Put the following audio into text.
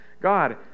God